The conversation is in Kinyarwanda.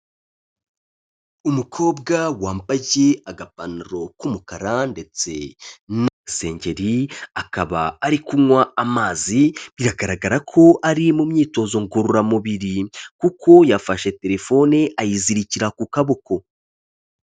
Umukobwa wambaye agapantaro k'umukara ndetse n'agasengeri, akaba ari kunywa amazi, biragaragara ko ari mu myitozo ngororamubiri, kuko yafashe telefoni ayizirikira ku kaboko.